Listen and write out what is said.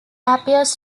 appears